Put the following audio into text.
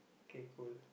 k cool